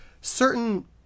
certain